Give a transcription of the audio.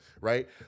Right